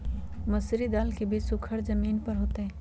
मसूरी दाल के बीज सुखर जमीन पर होतई?